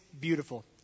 beautiful